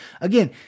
again